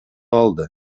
алды